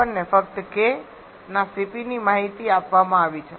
અમને ફક્ત k ના Cp ની માહિતી આપવામાં આવી છે